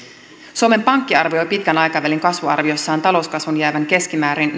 suomen pankki arvioi pitkän aikavälin kasvuarviossaan talouskasvun jäävän keskimäärin